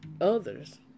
others